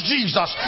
Jesus